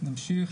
נמשיך